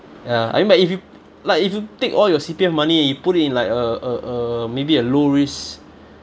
ya I mean by if you like if you take all your C_P_F money and you put it in like a a a maybe a low risk